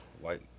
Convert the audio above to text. white